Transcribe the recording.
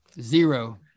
zero